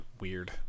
weird